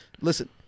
Listen